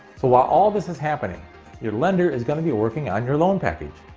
so while all this is happening your lender is going to be working on your loan package.